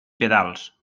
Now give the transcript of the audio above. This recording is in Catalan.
pedals